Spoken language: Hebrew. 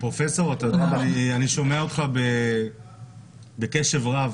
פרופ', אני שומע אותך בקשב רב,